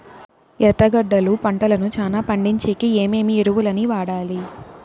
ఎర్రగడ్డలు పంటను చానా పండించేకి ఏమేమి ఎరువులని వాడాలి?